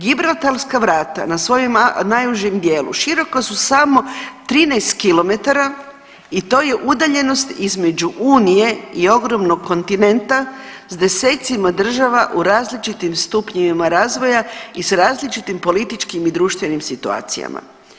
Gibraltarska vrata na svojem najužem dijelu široka su samo 13 kilometara i to je udaljenost između unije i ogromnog kontinenta s desecima država u različitim stupnjevima razvoja i s različitim političkim i društvenim situacijama.